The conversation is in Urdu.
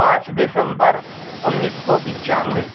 پانچ دسمبر انیس سو پچانوے